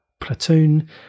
Platoon